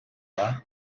dda